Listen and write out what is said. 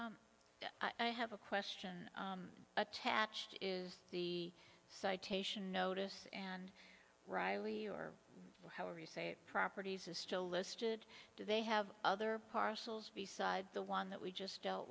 butcher i have a question attached is the citation notice and reilly or however you say properties is still listed do they have other parcels beside the one that we just dealt